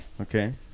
okay